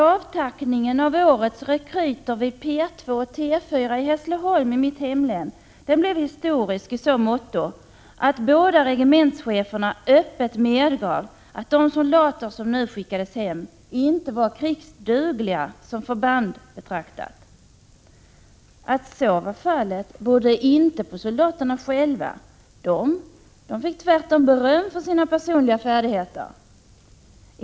Avtackningen av årets rekryter vid P 2 och T 4 i mitt hemlän blev historisk i så måtto att de båda regementscheferna öppet medgav att de soldater som nu skickades hem inte var krigsdugliga som förband betraktade. Att så var fallet berodde inte på soldaterna själva. De fick tvärtom beröm för sina personliga färdigheter.